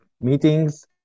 meetings